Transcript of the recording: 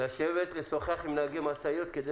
צריך לשבת לשוחח עם נהגי משאיות כדי